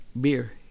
beer